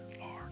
Lord